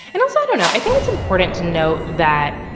and, also, i don't know. i think it's important to note that,